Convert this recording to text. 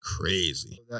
crazy